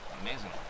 amazing